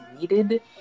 needed